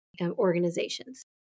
organizations